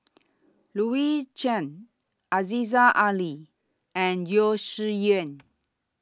Louis Chen Aziza Ali and Yeo Shih Yun